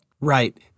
Right